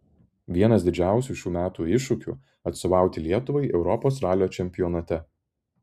vienas didžiausių šių metų iššūkių atstovauti lietuvai europos ralio čempionate